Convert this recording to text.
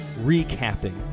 recapping